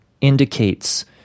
indicates